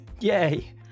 Yay